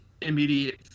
immediate